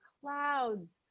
clouds